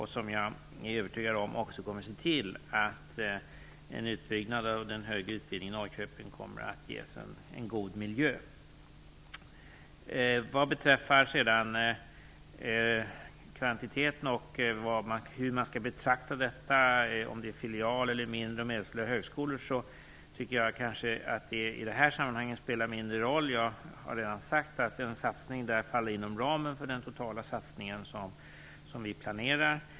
Jag är övertygad om att man också kommer att se till att en utbyggnad av den högre utbildningen i Norrköping kommer att ges en god miljö. Frågan om kvantiteten och om man skall betrakta Norrköping som filial eller som mindre högskola, tycker jag spelar mindre roll i detta sammanhang. Jag har redan sagt att en satsning där faller inom ramen för den totala satsningen som vi planerar.